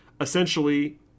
essentially